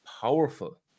powerful